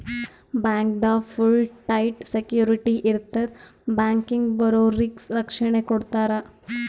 ಬ್ಯಾಂಕ್ದಾಗ್ full tight security ಇರ್ತದ್ ಬ್ಯಾಂಕಿಗ್ ಬರೋರಿಗ್ ರಕ್ಷಣೆ ಕೊಡ್ತಾರ